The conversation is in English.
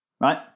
right